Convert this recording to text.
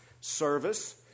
service